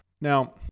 Now